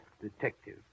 detective